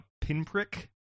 pinprick